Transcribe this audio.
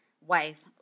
wife